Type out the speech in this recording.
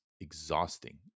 exhausting